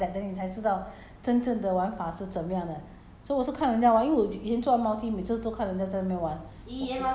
ya ya sometime you play game is like that you need to go through s~ one or two times like that then 你才知道真正的玩法是怎么样的